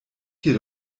hier